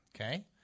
Okay